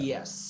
Yes